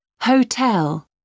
Hotel